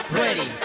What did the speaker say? ready